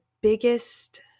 biggest